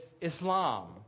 Islam